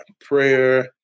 prayer